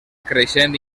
creixent